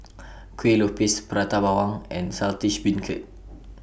Kuih Lopes Prata Bawang and Saltish Beancurd